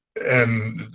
and